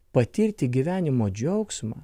patirti gyvenimo džiaugsmą